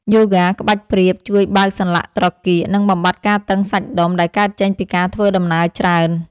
យូហ្គាក្បាច់ព្រាប ជួយបើកសន្លាក់ត្រគាក និងបំបាត់ការតឹងសាច់ដុំដែលកើតចេញពីការធ្វើដំណើរច្រើន។